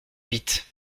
vite